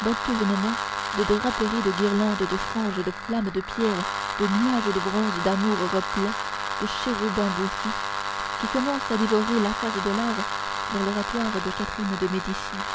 d'entournements de draperies de guirlandes de franges de flammes de pierre de nuages de bronze d'amours replets de chérubins bouffis qui commence à dévorer la face de l'art dans l'oratoire de catherine de médicis